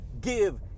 give